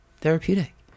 therapeutic